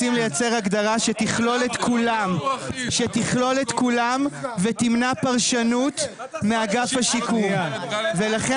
הגדרה שתכלול את כולם ותמנע פרשנות מאגף השיקום ולכן